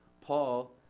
Paul